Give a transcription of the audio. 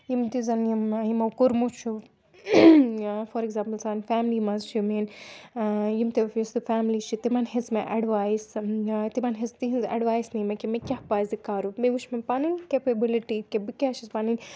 یِم تہِ زَن یِم یِمو کوٚرمُت چھُ فار ایٚگزامپٕل سانہِ فیملی مَنٛز چھِ میٲنۍ یِم تہِ یُس سُہ فیملی چھِ تِمَن ہِنٛز مےٚ ایٚڈوایس تِمَن ہٕنٛز تِہٕنٛز ایٚڈوایس نِی مےٚ کہِ مےٚ کیٛاہ پَزِ کَرُن مےٚ وُچھ مےٚ پَنٕنۍ کیپیبلِٹی کہِ بہٕ کیٛاہ چھَس پَنٕنۍ